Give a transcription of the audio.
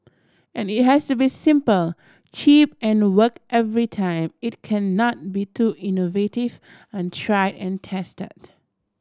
as it has to be simple cheap and work every time it cannot be too innovative untried and tested